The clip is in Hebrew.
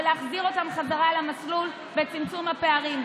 ולהחזיר אותם בחזרה למסלול בצמצום הפערים,